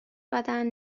بدن